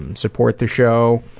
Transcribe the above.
and support the show,